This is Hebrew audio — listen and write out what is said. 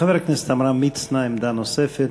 חבר הכנסת עמרם מצנע, עמדה נוספת.